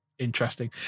Interesting